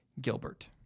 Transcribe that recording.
Gilbert